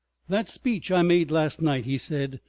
that speech i made last night, he said,